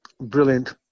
brilliant